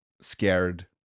scared